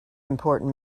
important